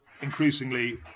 increasingly